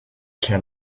can